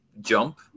jump